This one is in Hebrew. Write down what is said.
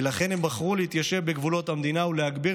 ולכן הם בחרו להתיישב בגבולות המדינה ולהגביר